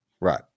right